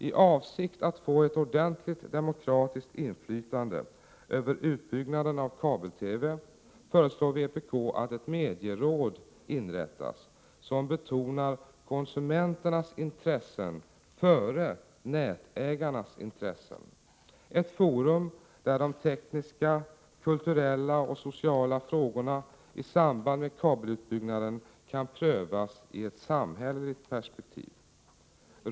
I avsikt att få till stånd ett ordentligt demokratiskt inflytande över utbyggnaden av kabel-TV föreslår vpk att ett medieråd inrättas som betonar konsumenternas intressen före nätägarnas intressen — ett forum där de tekniska, kulturella och sociala frågorna i samband med kabelutbyggnaden kan prövas i ett samhälleligt perspektiv.